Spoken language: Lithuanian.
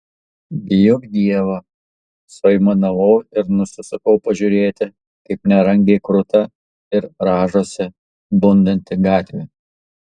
bijok dievo suaimanavau ir nusisukau pažiūrėti kaip nerangiai kruta ir rąžosi bundanti gatvė